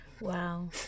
Wow